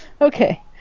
okay